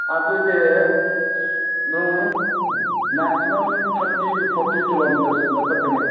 ꯑꯗꯨꯗꯤ ꯑꯗꯨꯝ maximum thirty to forty kilometres ꯀꯨꯝꯕ ꯆꯠꯀꯅꯤ